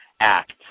act